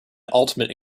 ultimate